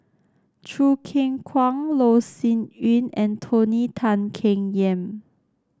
Choo Keng Kwang Loh Sin Yun and Tony Tan Keng Yam